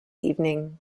evening